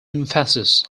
emphasis